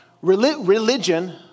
religion